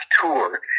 tour